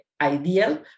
ideal